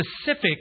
specific